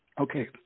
Okay